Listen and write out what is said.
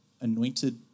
Anointed